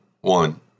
One